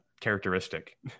characteristic